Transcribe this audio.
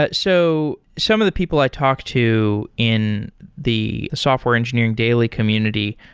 but so some of the people i talk to in the software engineering daily community,